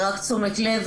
רק תשומת לב,